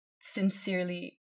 sincerely